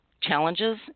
challenges